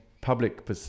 public